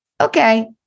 Okay